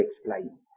explain